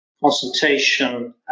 consultation